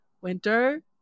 Winter